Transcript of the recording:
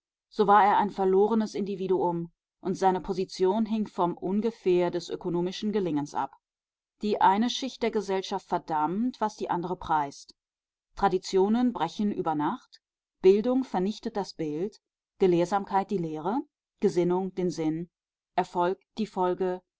so war er ein verlorenes individuum und seine position hing vom ungefähr des ökonomischen gelingens ab die eine schicht der gesellschaft verdammt was die andere preist traditionen brechen über nacht bildung vernichtet das bild gelehrsamkeit die lehre gesinnung den sinn erfolg die folge